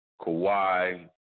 Kawhi